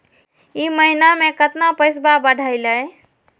ई महीना मे कतना पैसवा बढ़लेया?